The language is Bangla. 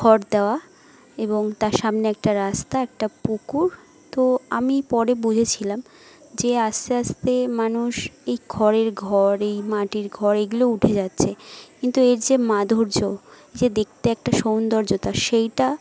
খড় দেওয়া এবং তার সামনে একটা রাস্তা একটা পুকুর তো আমি পরে বুঝেছিলাম যে আস্তে আস্তে মানুষ এই খড়ের ঘর এই মাটির ঘর এগুলো উঠে যাচ্ছে কিন্তু এর যে মাধুর্য যে দেখতে একটা সৌন্দর্য তা সেইটা